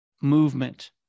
movement